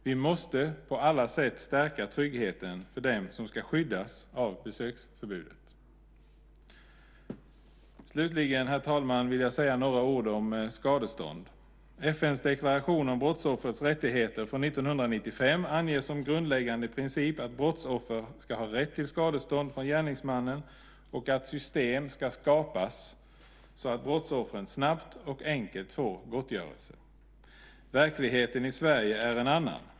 Vi måste på alla sätt stärka tryggheten för dem som ska skyddas av besöksförbudet. Slutligen, herr talman, vill jag säga några ord om skadestånd. FN:s deklaration om brottsoffers rättigheter från 1995 anger som grundläggande princip att brottsoffer har rätt till skadestånd från gärningsmannen och att system ska skapas så att brottsoffren snabbt och enkelt får gottgörelse. Verkligheten i Sverige är en annan.